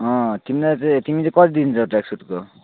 तिमीलाई चाहिँ तिमी चाहिँ कति दिन्छौ ट्र्याक सुटको